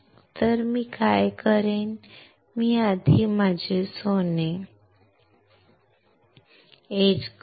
तर मी काय करेन मी आधी माझे सोने एच करीन